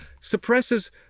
suppresses